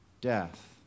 death